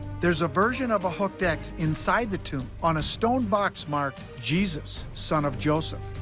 there's a version of a hooked x inside the tomb, on a stone box marked jesus, son of joseph.